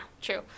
true